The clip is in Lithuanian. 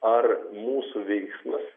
ar mūsų veiksmas